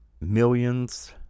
Millions